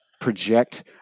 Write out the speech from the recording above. project